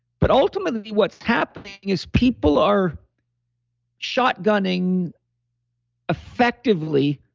but ultimately what's happening is people are shot gunning effectively.